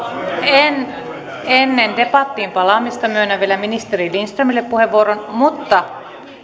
ennen debattiin palaamista myönnän vielä ministeri lindströmille puheenvuoron mutta